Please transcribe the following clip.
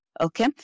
okay